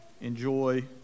enjoy